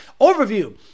Overview